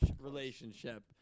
relationship